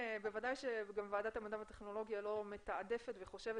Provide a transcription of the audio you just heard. בוודאי גם שוועדת המדע והטכנולוגיה לא מתעדפת וחושבת